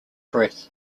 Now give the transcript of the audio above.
breath